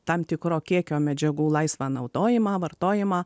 tam tikro kiekio medžiagų laisvą naudojimą vartojimą